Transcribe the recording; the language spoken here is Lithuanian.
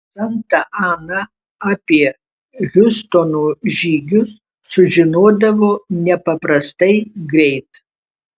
santa ana apie hiustono žygius sužinodavo nepaprastai greit